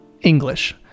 English